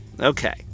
Okay